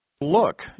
Look